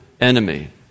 enemy